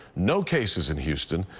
no cases in houston.